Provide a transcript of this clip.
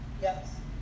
Yes